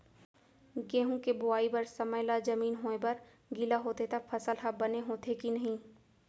गेहूँ के बोआई बर समय ला जमीन होये बर गिला होथे त फसल ह बने होथे की नही?